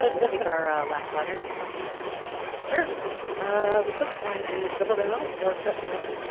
but you take our last letter certainly ah the subject line is double down or cut and run.